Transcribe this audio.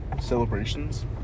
celebrations